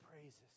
praises